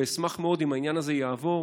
ואשמח מאוד אם העניין הזה יעבור,